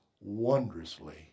wondrously